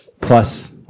plus